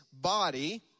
body